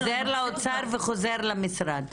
חוזר לאוצר וחוזר למשרד.